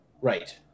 Right